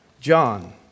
John